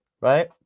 Right